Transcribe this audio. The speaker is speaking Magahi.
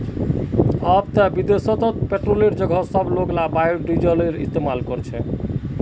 अब ते विदेशत पेट्रोलेर जगह लोग बायोडीजल इस्तमाल कर छेक